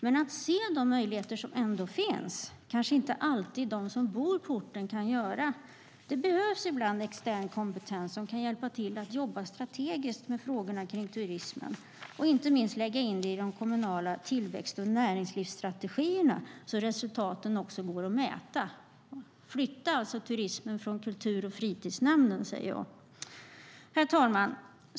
Men de som bor på orten kan kanske inte alltid se de möjligheter som ändå finns. Det behövs ibland extern kompetens som kan hjälpa till att jobba strategiskt med frågorna kring turismen och inte minst lägga in dem i de kommunala tillväxt och näringslivsstrategierna så att resultaten också går att mäta. Flytta alltså turismen från kultur och fritidsnämnden, säger jag. Herr talman!